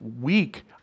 week